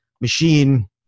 machine